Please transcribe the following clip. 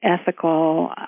ethical